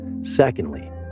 Secondly